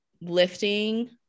lifting